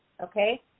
okay